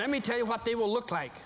let me tell you what they will look like